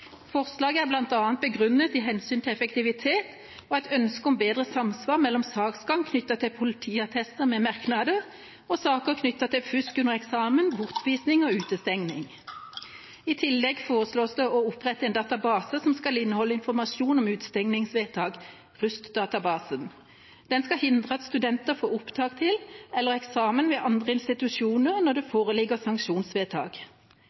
Forslaget er bl.a. begrunnet i hensynet til effektivitet og et ønske om bedre samsvar mellom saksgang knyttet til politiattester med merknader og saker knyttet til fusk under eksamen, bortvisning og utestengning. I tillegg foreslås det opprettet en database som skal inneholde informasjon om utestengingsvedtak, RUST-databasen. Den skal hindre at studenter får opptak til eller tar eksamen ved andre institusjoner når det